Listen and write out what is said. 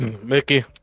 mickey